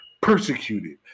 Persecuted